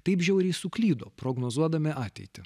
taip žiauriai suklydo prognozuodami ateitį